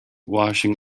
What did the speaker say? washing